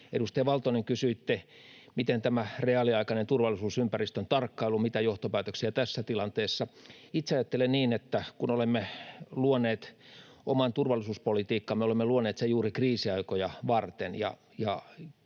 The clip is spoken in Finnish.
Edustaja Valtonen, kysyitte tästä reaaliaikaisesta turvallisuusympäristön tarkkailusta, mitä johtopäätöksiä tässä tilanteessa: Itse ajattelen niin, että kun olemme luoneet oman turvallisuuspolitiikkamme, olemme luoneet sen juuri kriisiaikoja varten,